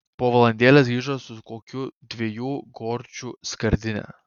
po valandėlės grįžo su kokių dviejų gorčių skardine